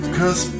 Cause